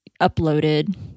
uploaded